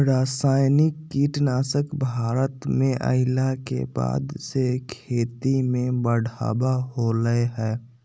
रासायनिक कीटनासक भारत में अइला के बाद से खेती में बढ़ावा होलय हें